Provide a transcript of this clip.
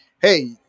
Hey